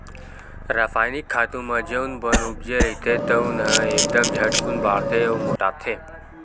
रसायनिक खातू म जउन बन उपजे रहिथे तउन ह एकदम झटकून बाड़थे अउ मोटाथे